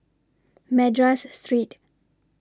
Madras Street